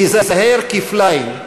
להיזהר כפליים,